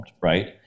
right